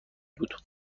بود